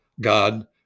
God